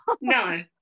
no